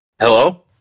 Hello